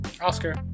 Oscar